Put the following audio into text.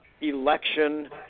election